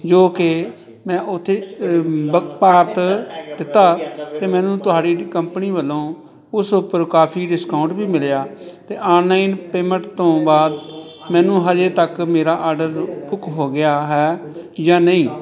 ਜੋ ਕੇ ਮੈਂ ਉੱਥੇ ਬ ਭਰ ਤਾਂ ਦਿੱਤਾ ਅਤੇ ਮੈਨੂੰ ਤੁਹਾਡੀ ਕੰਪਨੀ ਵੱਲੋਂ ਉਸ ਉੱਪਰ ਕਾਫ਼ੀ ਡਿਸਕਾਉਂਟ ਵੀ ਮਿਲਿਆ ਅਤੇ ਆਨਲਾਈਨ ਪੇਮੈਂਟ ਤੋਂ ਬਾਅਦ ਮੈਨੂੰ ਹਜੇ ਤੱਕ ਮੇਰਾ ਆਡਰ ਬੁੱਕ ਹੋ ਗਿਆ ਹੈ ਜਾਂ ਨਹੀਂ